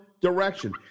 direction